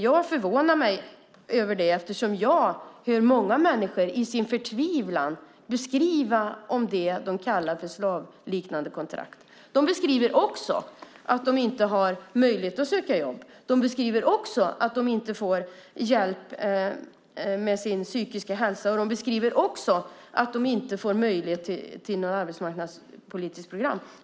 Jag förvånar mig över det eftersom jag hör många människor i sin förtvivlan beskriva det som de kallar för slavliknande kontrakt. De beskriver också att de inte har möjlighet att söka jobb och att de inte får hjälp med sin psykiska hälsa. De beskriver också att de inte får möjlighet till något arbetsmarknadspolitiskt program.